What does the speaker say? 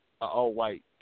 all-white